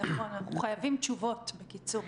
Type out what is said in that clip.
נכון, אנחנו חייבים תשובות, בקיצור.